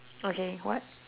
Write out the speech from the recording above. okay what